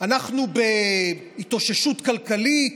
אנחנו בהתאוששות כלכלית.